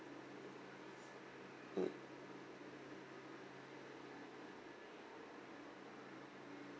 mm